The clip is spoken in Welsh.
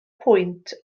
pwynt